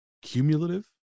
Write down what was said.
cumulative